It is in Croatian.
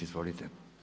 Izvolite.